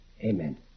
Amen